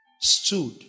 stood